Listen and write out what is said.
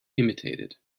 imitated